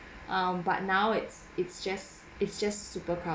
um but now it's it's just it's just super crowded